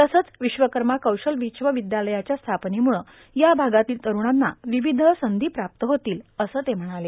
तसंच विश्वकर्मा कौशल विश्वविद्यालयाच्या स्थापनेमुळं या भागातील तरूणांना विविध संधी प्राप्त होतील असं ते म्हणाले